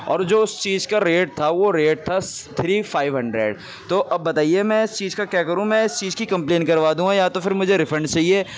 اور جو اس چیز کا ریٹ تھا وہ ریٹ تھا تھری فائیو ہنڈریڈ تو اب بتائیے میں اس چیز کا کیا کروں میں اس چیز کی کمپلین کروا دوں یا تو پھر مجھے ریفنڈ چاہیے